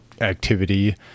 activity